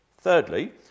Thirdly